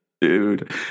Dude